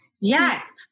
Yes